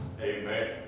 Amen